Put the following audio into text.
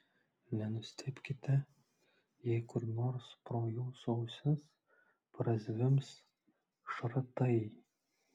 nenustebkite jei kur nors pro jūsų ausis prazvimbs šratai